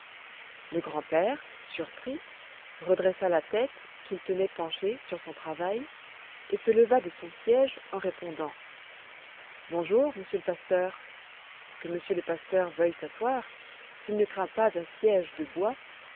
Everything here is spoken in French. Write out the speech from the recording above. le grand-père surpris redressa la tête qu'il tenait penchée sur son travail et se leva de son siège en répondant bonjour monsieur le pasteur que monsieur le pasteur veuille s'asseoir s'il ne craint pas un siège de bois